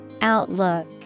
Outlook